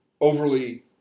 overly